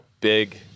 big